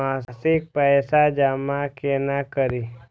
मासिक जमा पैसा केना करी?